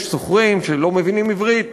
יש שוכרים שלא מבינים עברית,